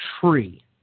tree